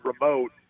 remote